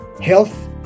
health